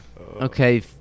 Okay